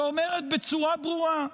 שאומרת בצורה ברורה: